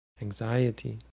anxiety